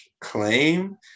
claim